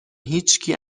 هیچکی